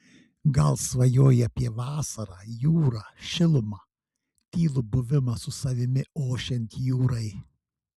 gal svajoji apie vasarą jūrą šilumą tylų buvimą su savimi ošiant jūrai